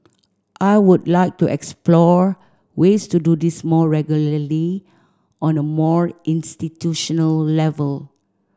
I would like to explore ways to do this more regularly on a more institutional level